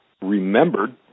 remembered